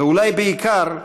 ואולי בעיקר,